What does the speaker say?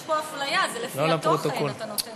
יש פה אפליה, לפי התוכן אתה נותן.